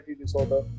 disorder